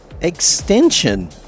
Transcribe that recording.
extension